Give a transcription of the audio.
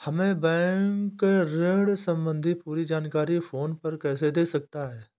हमें बैंक ऋण संबंधी पूरी जानकारी फोन पर कैसे दे सकता है?